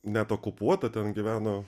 net okupuota ten gyveno